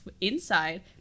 Inside